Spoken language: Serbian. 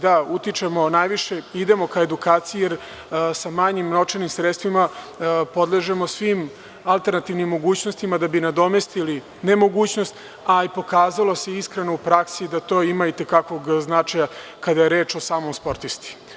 Da, utičemo, najviše idemo ka edukaciji sa manjim novčanim sredstvima, podležemo svim alternativnim mogućnostima da bi nadomestili nemogućnost a i pokazalo se iskreno u praksi da to ima i te takvog značaja kada je reč o samom sportisti.